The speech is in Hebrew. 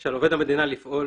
"על עובד המדינה לפעול